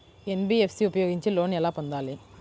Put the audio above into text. NBFC ఉపయోగించి loan ఎలా పొందాలి?